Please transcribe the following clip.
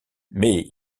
mais